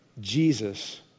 Jesus